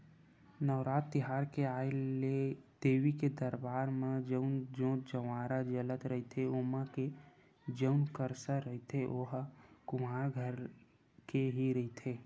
नवरात तिहार के आय ले देवी के दरबार म जउन जोंत जंवारा जलत रहिथे ओमा के जउन करसा रहिथे ओहा कुम्हार घर के ही रहिथे